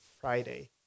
Friday